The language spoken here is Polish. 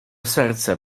serce